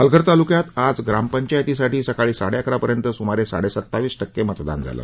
पालघर तालुक्यात आज ग्रामपंचायतीसाठी सकाळी साडे अकरा पर्यंत सुमारे साडे सत्तावीस टक्के मतदान झालं